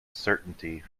certainty